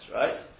right